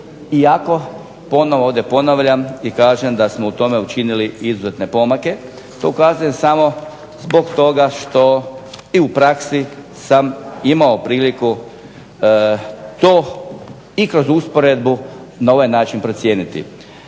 iako ponovo ovdje ponavljam i kažem da smo u tome učinili izuzetne pomake. To ukazujem samo zbog toga što i u praksi sam imao priliku to i kroz usporedbu na ovaj način procijeniti.